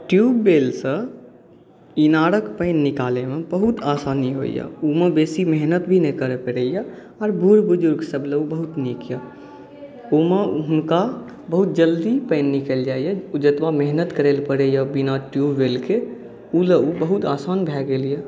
ट्युबवेलसँ इनारके पानि निकालैमे बहुत आसानी होइया ओहिमे मेहनत भी नहि करै पड़ैया आओर बुढ़ बुजुर्ग सभ लोक बहुत नीक यऽ ओहिमे हुनका बहुत जल्दी पानि निकलि जाइया ओ जतबा मेहनत करै लए पड़ैया बिना ट्युबवेलके ओ बहुत आसान भऽ गेल यऽ